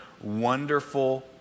wonderful